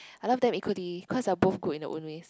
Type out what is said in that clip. I love them include the cause they're both good in their own ways